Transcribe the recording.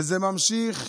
וזה נמשך.